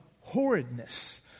horridness